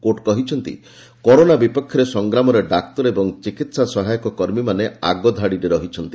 court କହିଛନ୍ତି corona ବିପକ୍ଷରେ ସଂଗ୍ରାମରେ ଡାକ୍ତର ଓ ଚିକିହା ସହାୟକ କର୍ମୀମାନେ ଆଗଧାଡ଼ିରେ ରହିଛନ୍ତି